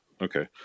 okay